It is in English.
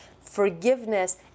Forgiveness